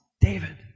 David